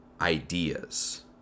ideas